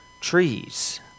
trees